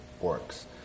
works